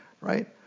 Right